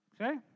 Okay